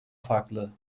farklı